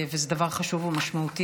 וזה דבר חשוב ומשמעותי.